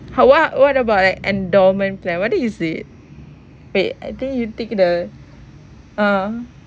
how what what about like endowment plan what to use it paid I think you take the uh